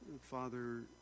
Father